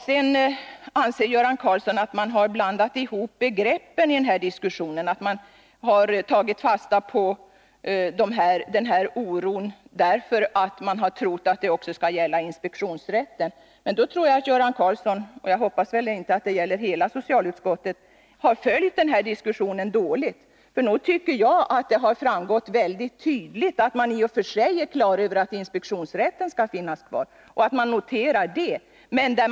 Sedan anser Göran Karlsson att man har blandat ihop begreppen i diskussionen och tagit fasta på den här oron, därför att man har trott att förslaget också skall gälla inspektionsrätten. Men då tror jag att Göran Karlsson — jag hoppas att detta inte gäller hela socialutskottet — har följt diskussionen dåligt. Nog tycker jag att det mycket tydligt har framgått att man i och för sig är på det klara med att inspektionsrätten skall finnas kvar och att man har noterat det.